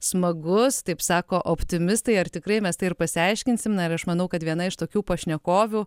smagus taip sako optimistai ar tikrai mes tai ir pasiaiškinsim na ir aš manau kad viena iš tokių pašnekovių